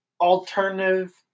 alternative –